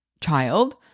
child